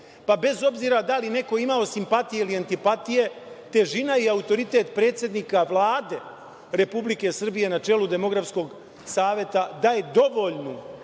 pa bez obzira da li neko imao simpatije ili antipatije, težina i autoritet predsednika Vlade Republike Srbije, na čelu Demografskog saveta daje dovoljnu